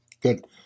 good